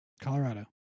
Colorado